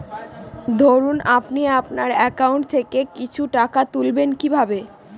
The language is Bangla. ধরুন আপনি আপনার একাউন্ট থেকে কিছু টাকা তুলবেন কিভাবে?